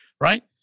right